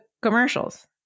commercials